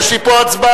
יש לי פה הצבעה,